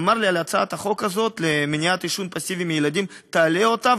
אמר לי על הצעת החוק הזאת למניעת עישון פסיבי של ילדים: תעלה אותה,